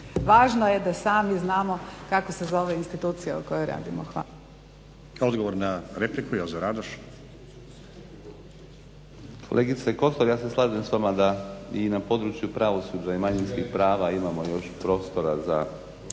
važno je da sami znamo kako se zove institucija u kojoj radimo. Hvala.